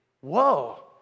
whoa